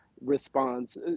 responds